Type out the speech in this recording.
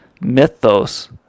mythos